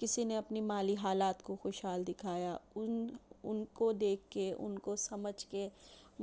کسی نے اپنی مالی حالات کو خوش حال دکھایا اُن اُن کو دیکھ کے اُن کو سمجھ کے